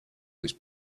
was